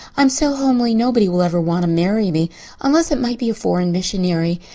i'm so homely nobody will ever want to marry me unless it might be a foreign missionary.